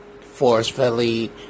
forcefully